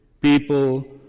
people